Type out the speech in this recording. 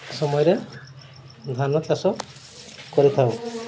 ସମୟରେ ଧାନ ଚାଷ କରିଥାଉ